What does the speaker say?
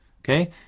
okay